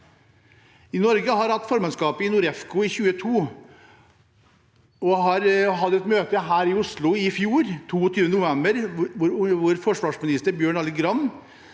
Norge har hatt formannskapet i NORDEFCO i 2022 og hadde et møte her i Oslo i fjor, 22. november, hvor forsvarsminister Bjørn Arild Gram